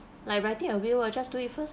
like writing a will I'll just do it first